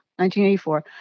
1984